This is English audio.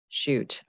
shoot